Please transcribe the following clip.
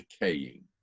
decaying